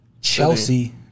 Chelsea